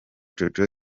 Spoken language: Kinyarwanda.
jojo